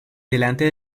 delante